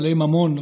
בעלי ממון,